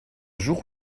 jour